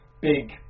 big